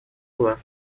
глаз